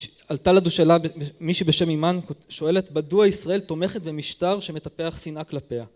עלתה לנו שאלה, מישהי בשם אימן שואלת, מדוע ישראל תומכת במשטר שמטפח שנאה כלפיה